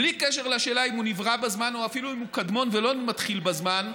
בלי קשר לשאלה אם הוא נברא בזמן או אפילו אם הוא קדמון ולא מתחיל בזמן,